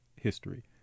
history